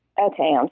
Okay